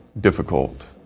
difficult